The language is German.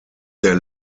der